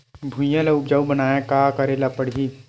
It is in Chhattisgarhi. भुइयां ल उपजाऊ बनाये का करे ल पड़ही?